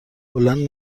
بلند